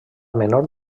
menor